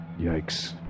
Yikes